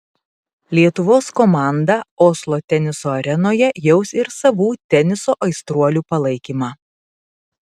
lietuvos komandą oslo teniso arenoje jaus ir savų teniso aistruolių palaikymą